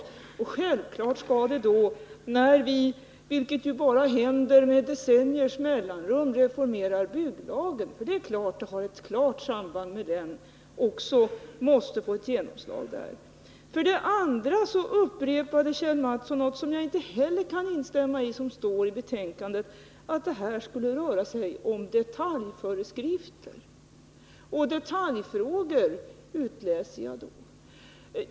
Detta har givetvis ett klart samband med planoch bygglagen, och när vi reformerar denna — vilket bara händer med decenniers mellanrum — måste detta arbete naturligtvis få ett klart genomslag. Vidare upprepade Kjell Mattsson ytterligare en sak som står i betänkandet och som jag inte heller kan instämma i, nämligen att det här skulle röra sig om detaljföreskrifter — jag utläser det som detaljfrågor.